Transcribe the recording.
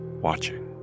watching